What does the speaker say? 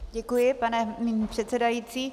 Děkuji, pane předsedající.